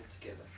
together